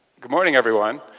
good morning, everyone.